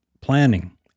planning